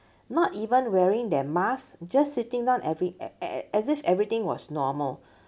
not even wearing their mask just sitting down every a~ a~ as if everything was normal